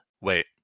wait